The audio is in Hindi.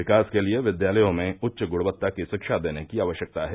विकास के लिये विद्यालयों में उच्च गृणवत्ता की शिक्षा देने की आवश्यकता है